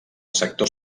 sector